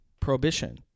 Prohibition